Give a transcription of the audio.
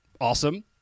Awesome